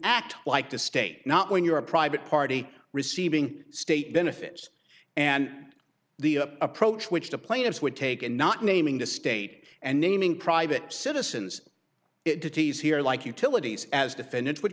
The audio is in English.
act like the state not when you're a private party receiving state benefits and the approach which the plaintiffs would take in not naming the state and naming private citizens to tease here like utilities as defendants would